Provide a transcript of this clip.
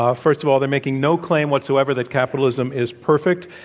ah first of all, they're making no claim, whatsoever, that capitalism is perfect,